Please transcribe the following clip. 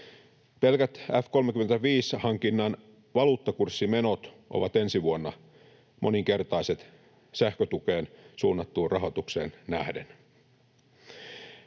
Pelkät F‑35-hankinnan valuuttakurssimenot ovat ensi vuonna moninkertaiset sähkötukeen suunnattuun rahoitukseen nähden.